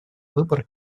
выбор